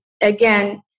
again